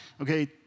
Okay